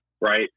right